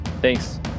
Thanks